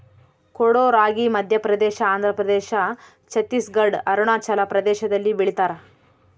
ಕೊಡೋ ರಾಗಿ ಮಧ್ಯಪ್ರದೇಶ ಆಂಧ್ರಪ್ರದೇಶ ಛತ್ತೀಸ್ ಘಡ್ ಅರುಣಾಚಲ ಪ್ರದೇಶದಲ್ಲಿ ಬೆಳಿತಾರ